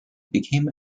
became